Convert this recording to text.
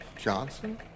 Johnson